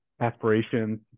aspirations